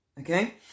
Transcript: okay